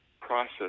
process